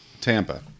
Tampa